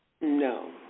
No